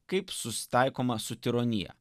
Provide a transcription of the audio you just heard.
kaip susitaikoma su tironija